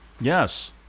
Yes